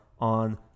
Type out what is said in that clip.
on